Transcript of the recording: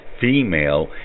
female